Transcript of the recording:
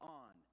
on